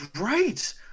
Right